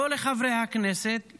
לא לחברי הכנסת,